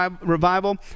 revival